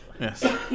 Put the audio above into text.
yes